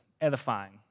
edifying